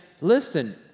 listen